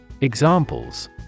Examples